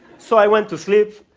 so i went to sleep,